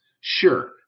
sure